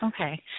Okay